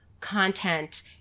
content